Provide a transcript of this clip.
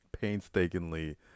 painstakingly